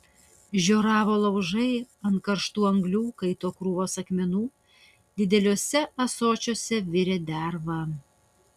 žioravo laužai ant karštų anglių kaito krūvos akmenų dideliuose ąsočiuose virė derva